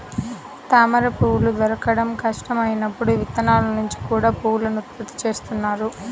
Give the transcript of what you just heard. తామరపువ్వులు దొరకడం కష్టం అయినప్పుడు విత్తనాల నుంచి కూడా పువ్వులను ఉత్పత్తి చేస్తున్నారు